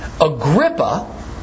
Agrippa